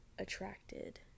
attracted